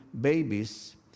babies